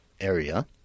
area